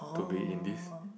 to be in this